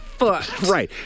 Right